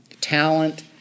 talent